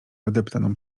wydeptaną